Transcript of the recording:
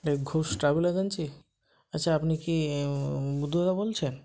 এটা Ghosh travel agency আচ্ছা আপনি কি বুদ্ধদা বলছেন